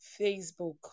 Facebook